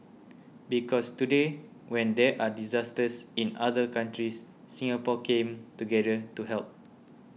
because today when there are disasters in other countries Singapore came together to help